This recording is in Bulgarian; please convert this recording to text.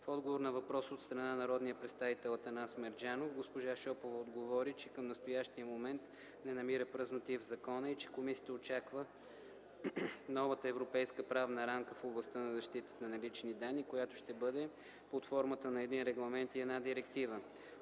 В отговор на въпрос от страна на народния представител Атанас Мерджанов, госпожа Шопова отговори, че към настоящия момент не намира празноти в закона, и че комисията очаква новата европейска правна рамка в областта на защита на личните данни, която ще бъде под формата на един регламент и една директива.